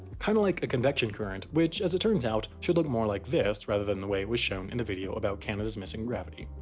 kinda like a convection current which, as it turns out, should look more like this rather than the way it was shown in the video about canada's missing gravity.